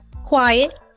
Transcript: Quiet